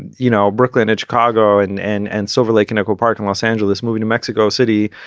you know, brooklyn in chicago and and and silver lake and echo park in los angeles, moving to mexico city,